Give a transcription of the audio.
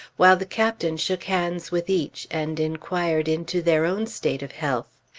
while the captain shook hands with each and inquired into their own state of health.